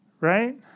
right